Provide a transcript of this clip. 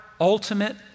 ultimate